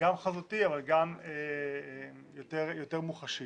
גם חזותי אבל גם יותר מוחשי.